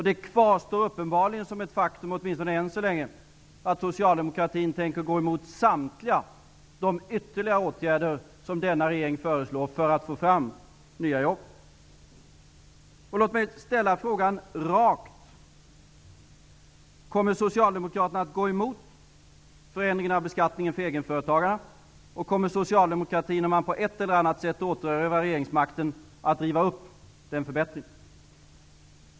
Det kvarstår uppenbarligen åtminstone än så länge som ett faktum att socialdemokratin tänker gå emot samtliga de ytterligare åtgärder som denna regering föreslår för att få fram nya jobb. Låt mig ställa frågan rakt: Kommer Socialdemokraterna att gå emot förändringen av beskattningen för egenföretagarna, och kommer socialdemokratin, om den på ett eller annat sätt återerövrar regeringsmakten, att riva upp den förbättringen?